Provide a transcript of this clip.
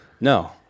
No